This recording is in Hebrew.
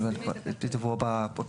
התבלבלתי פה, בכותרת.